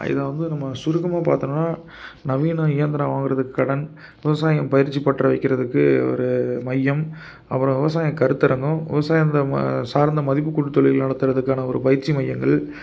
இதை வந்து நம்ம சுருக்கமாக பார்த்தோன்னா நவீன இயந்திரம் வாங்குகிறதுக்கு கடன் விவசாயம் பயிற்சி பட்டறை வைக்கிறதுக்கு ஒரு மையம் அப்புறம் விவசாயம் கருத்தரங்கம் விவசாயங்க அந்த சார்ந்த மதிப்புக்கூட்டு தொழில் நடத்துகிறதுக்கான ஒரு பயிற்சி மையங்கள்